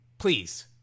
Please